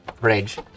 Rage